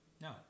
no